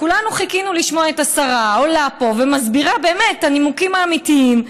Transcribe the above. כולנו חיכינו לשמוע את השרה עולה פה ומסבירה באמת את הנימוקים האמיתיים,